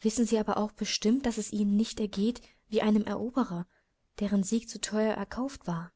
wissen sie aber auch bestimmt daß es ihnen nicht ergeht wie einem jener eroberer deren sieg zu teuer erkauft war